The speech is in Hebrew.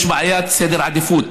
יש בעיית סדר עדיפויות.